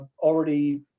already